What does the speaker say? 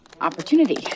opportunity